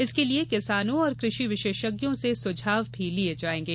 इसके लिये किसानों कृषि विशेषज्ञों से सुझाव भी लिये जायेंगे